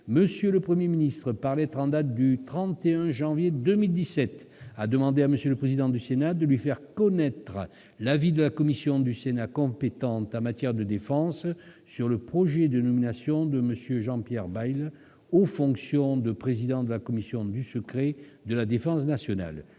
M. le Premier ministre, par lettre en date du 31 janvier 2017, a demandé à M. le président du Sénat de lui faire connaître l'avis de la commission du Sénat compétente en matière de défense sur le projet de nomination de M. Jean-Pierre Bayle aux fonctions de président de la commission du secret de la défense nationale.